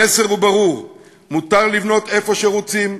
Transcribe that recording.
המסר הוא ברור: מותר לבנות איפה שרוצים,